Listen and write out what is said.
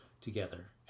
together